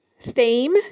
theme